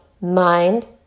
mind